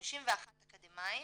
51 אקדמאים.